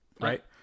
Right